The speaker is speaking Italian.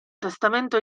testamento